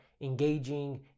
engaging